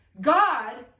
God